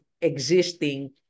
existing